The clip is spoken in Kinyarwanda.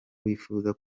wifuza